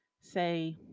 say